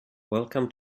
welcome